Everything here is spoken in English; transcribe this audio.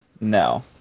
No